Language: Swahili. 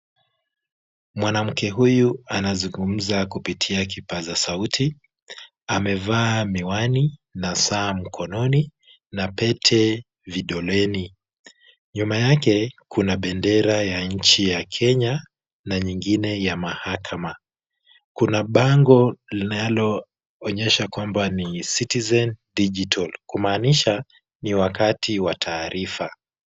Mwanamke huyu anazungumza kupitia kipaza sauti, amevaa miwani na saa mkononi na pete vidoleni. Nyuma yake kuna bendera ya nchi ya Kenya na nyingine ya mahakama. Kuna bango linaloonyesha kwamba ni Citizen Digital kumaanisha ni wakati wa taarifa.